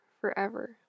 forever